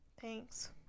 Thanks